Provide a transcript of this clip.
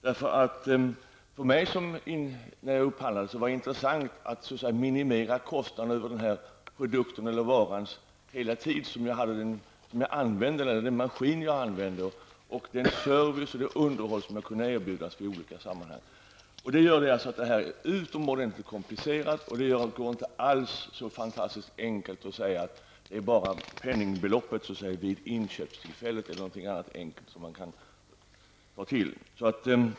När jag var upphandlare var det för mig intressanta att minimera kostnaden över hela den tid som denna produkt, vara eller maskin skulle användas och se till den service och underhåll som kunde erbjudas i olika sammanhang. Detta gör att upphandlingen blir utomordentligt komplicerad. Det är inte alls så fantastiskt enkelt som att säga att det bara är penningbeloppet vid inköpstillfället eller någonting annat enkelt som skall räknas.